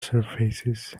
surfaces